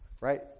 Right